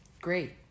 Great